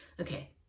Okay